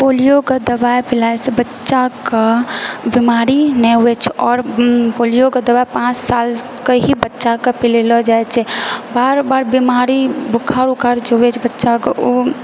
पोलियोके दवाइ पिलाएसँ बच्चाकेँ बिमारी नहि होइत छै और पोलियोके दवाइ पाँच सालके ही बच्चाके पिलाएल जाइत छै बार बार बिमारी बोखार ऊखार जे होइत छै बच्चाकेँ ओ